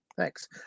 Thanks